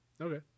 okay